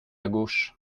gauche